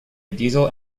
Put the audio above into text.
diesel